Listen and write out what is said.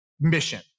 mission